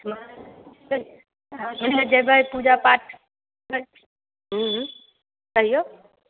हँ ओहि लै जेबै पूजा पाठ करबै हूँ कहिऔ